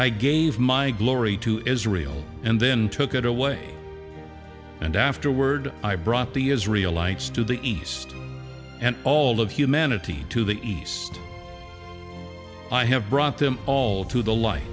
i gave my glory to israel and then took it away and afterward i brought the israel lights to the east and all of humanity to the east i have brought them all to the light